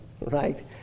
right